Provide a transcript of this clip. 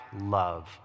love